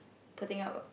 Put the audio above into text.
putting up a